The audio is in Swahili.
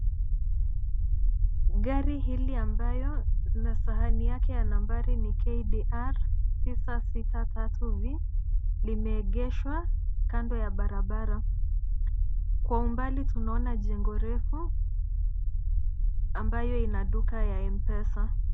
Gari hili ambayo na sahani yake ya nambari ni KDR 663V limeegeshwa kando ya barabara. Kwa umbali tunaona jengo refu ambayo ina duka ya m pesa.